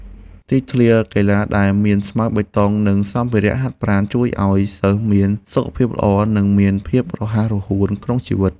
ទីធ្លាកីឡាដែលមានស្មៅបៃតងនិងសម្ភារៈហាត់ប្រាណ ជួយឱ្យសិស្សមានសុខភាពល្អនិងមានភាពរហ័សរហួនក្នុងជីវិត។